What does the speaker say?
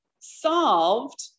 solved